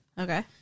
Okay